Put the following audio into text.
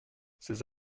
ces